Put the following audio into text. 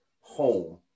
home